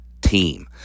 team